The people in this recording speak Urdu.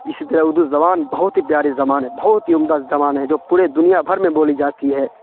اسی طرح اردو زبان بہت ہی پیاری زبان ہے بہت ہی عمدہ زبان ہے جو پورے دنیا بھر میں بولی جاتی ہے